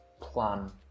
plan